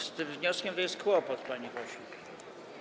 Z tym wnioskiem to jest kłopot, panie pośle.